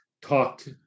talked